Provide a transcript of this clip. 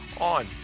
on